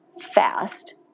fast